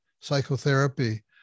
psychotherapy